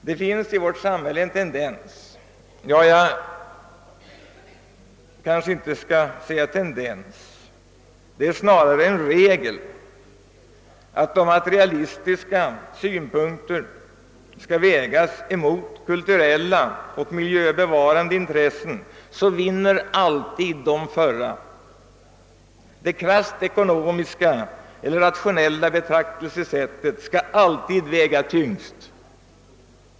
Det finns i vårt samhälle en tendens eller snarare en regel att när de materialistiska synpunkterna skall vägas mot kulturella och miljöbevarande intressen så vinner alltid de förra. Det krasst ekonomiska eller rationella betraktelsesättet skall alltid väga tyngst.